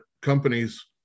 companies